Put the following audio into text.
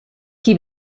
qui